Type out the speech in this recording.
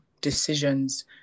decisions